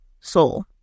soul